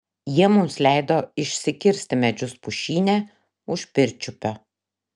jie mums leido išsikirsti medžius pušyne už pirčiupio